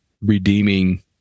redeeming